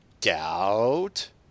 doubt